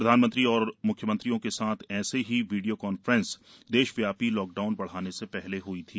प्रधानमंत्री और मुख्यमंत्रियों के साथ ऐसी ही वीडियो कांफ्रेंस देशव्यापी लॉकडाउन बधाने से पहले हई थी